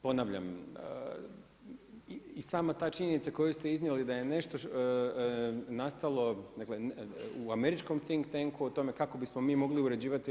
Ponavljam i sama ta činjenica koju ste iznijeli da je nešto nastalo, dakle u američkom … o tome kako bismo mi mogli uređivati EU.